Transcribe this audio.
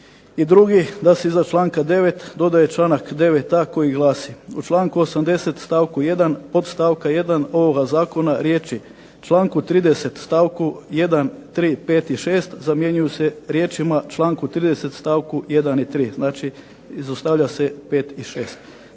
I drugi, da se iza članka 9. dodaje članak 9a. koji glasi: "U članku 80. stavku 1. podstavka 1. ovoga Zakona riječi: "članku 30. stavku 1., 3., 5. i 6. zamjenjuju se riječima: "članku 30. stavku 1. i 3." Znači, izostavlja se 5. i 6.